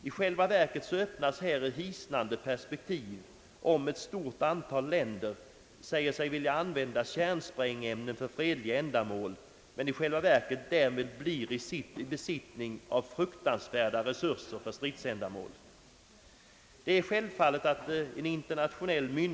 I själva verket öppnas här hisnande perspektiv om ett stort antal länder säger sig vilja använda kärnsprängämnen för fredliga ändamål men i själva verket därmed blir i besittning av fruktansvärda resurser för stridsändamål.